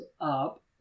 up